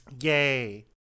Yay